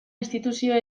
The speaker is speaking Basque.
instituzioa